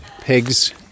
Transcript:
pigs